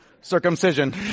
circumcision